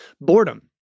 boredom